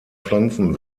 pflanzen